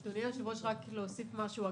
אדוני היושב-ראש, רק להוסיף משהו.